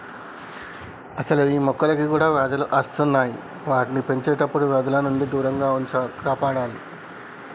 అసలు గీ మొక్కలకి కూడా వ్యాధులు అస్తున్నాయి వాటిని పెంచేటప్పుడు వ్యాధుల నుండి దూరంగా ఉంచి కాపాడాలి